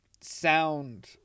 sound